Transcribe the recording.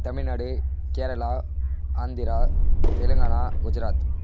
Tamil Nadu Kerala Andhra Telangana Gujarat